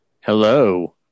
Hello